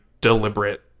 deliberate